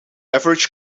average